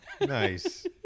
nice